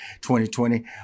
2020